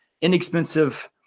inexpensive